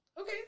okay